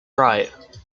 right